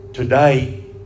Today